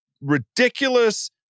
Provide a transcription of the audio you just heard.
ridiculous